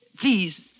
Please